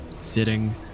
Sitting